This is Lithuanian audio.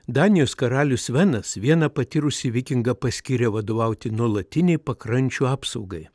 danijos karalius svenas vieną patyrusį vikingą paskyrė vadovauti nuolatinei pakrančių apsaugai